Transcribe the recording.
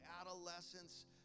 adolescence